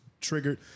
triggered